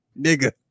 nigga